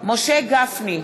משה גפני,